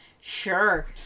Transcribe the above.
Sure